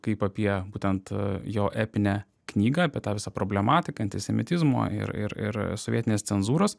kaip apie būtent jo epinę knygą apie tą visą problematiką antisemitizmo ir ir ir sovietinės cenzūros